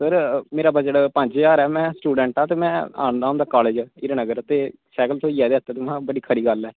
sir मेरा budget पंज ज्हार ऐ ते में आंदा होंदा कॉलेज़ हीरानगर ते साईकिल थ्होई जा बजट च ते स्हेई गल्ल ऐ